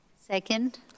Second